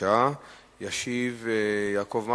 שמספרן 2275, 2280,